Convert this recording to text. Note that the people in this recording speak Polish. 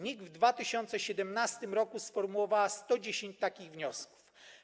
NIK w 2017 r. sformułowała 110 takich wniosków.